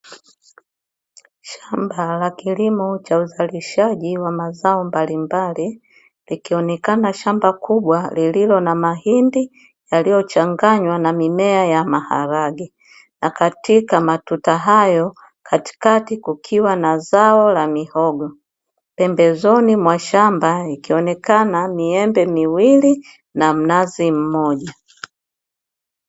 Shamba la kilimo cha uzalishaji wa mazao mbalimbali, likionekana shamba kubwa lililo na mahindi yaliyochanganywa na mimea ya maharage; na katika matuta hayo, katikati kukiwa na zao la mihogo. Pembezoni mwa shamba ikionekana miembe miwili na mnazi mmoja.